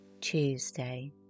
Tuesday